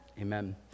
Amen